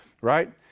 right